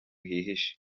hihishe